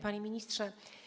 Panie Ministrze!